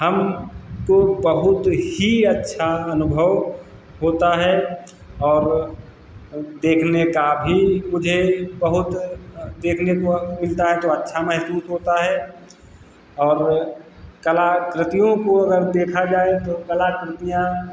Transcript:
हमको बहुत ही अच्छा अनुभव होता है और देखने का भी मुझे बहुत देखने को मिलता है तो अच्छा महसूस होता है और कलाकृतियों को अगर देखा जाए तो कलाकृतियां